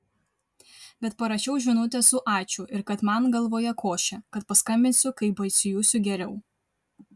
bet parašiau žinutę su ačiū ir kad man galvoje košė kad paskambinsiu kai pasijusiu geriau